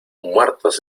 muertos